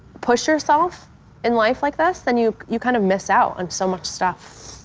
push yourself in life like this then you you kind of miss out on so much stuff.